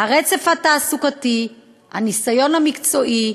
הרצף התעסוקתי, הניסיון המקצועי,